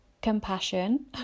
compassion